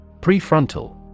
Prefrontal